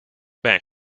bank